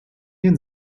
den